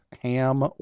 ham